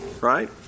Right